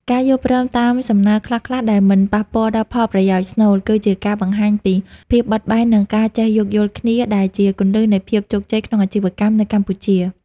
ការយល់ព្រមតាមសំណើខ្លះៗដែលមិនប៉ះពាល់ដល់ផលប្រយោជន៍ស្នូល គឺជាការបង្ហាញពីភាពបត់បែន និងការចេះយោគយល់គ្នា ដែលជាគន្លឹះនៃភាពជោគជ័យក្នុងអាជីវកម្មនៅកម្ពុជា។